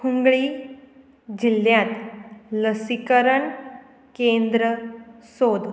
हुंगळी जिल्ल्यांत लसीकरण केंद्र सोद